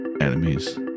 enemies